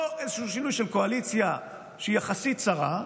חייב להיות לא איזשהו שינוי של קואליציה שהיא יחסית צרה,